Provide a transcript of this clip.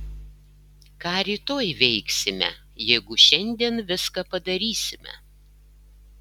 ką rytoj veiksime jeigu šiandien viską padarysime